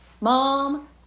mom